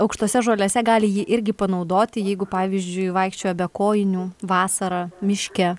aukštose žolėse gali jį irgi panaudoti jeigu pavyzdžiui vaikščiojo be kojinių vasarą miške